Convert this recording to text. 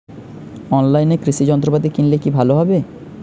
অনলাইনে কৃষি যন্ত্রপাতি কিনলে কি ভালো হবে?